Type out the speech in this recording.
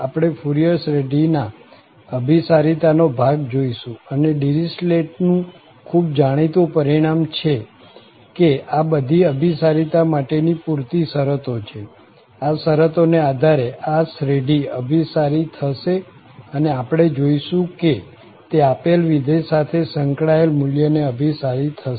આપણે ફુરિયર શ્રેઢીના અભીસરિતાનો ભાગ જોઈશું અને ડીરીચલેટનું ખૂબ જાણીતું પરિણામ છે કે આ બધી અભીસરિતા માટે ની પુરતી શરતો છે આ શરતોને આધારે આ શ્રેઢી અભિસારી થશે અને આપણે જોઈશું કે તે આપેલ વિધેય સાથે સંકળાયેલ મુલ્યને અભિસારી થશે